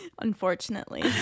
unfortunately